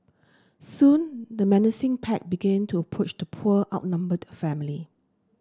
soon the menacing pack began to approach the poor outnumbered family